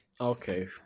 Okay